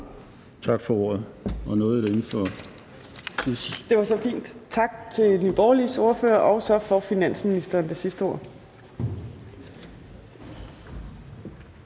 Tak for ordet,